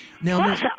Now